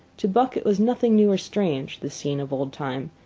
to buck it was nothing new or strange, this scene of old time.